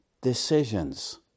decisions